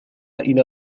إلى